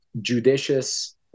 judicious